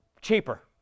cheaper